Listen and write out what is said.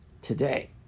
today